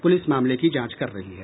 police मामले की जांच कर रही है